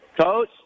Coach